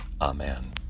Amen